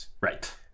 Right